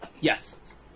Yes